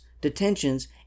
detentions